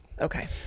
Okay